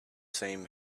same